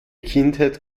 kindheit